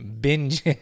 binge